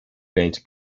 welt